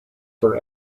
for